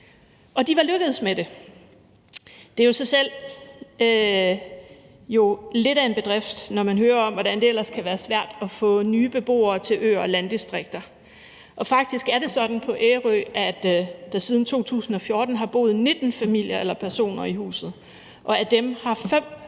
og de var lykkedes med det. Det er jo i sig selv lidt af en bedrift, når man hører om, hvordan det ellers kan være svært at få nye beboere til øer og landdistrikter. Og faktisk er det sådan på Ærø, at der siden 2014 har boet 19 familier eller personer i huset, og af dem har 5 købt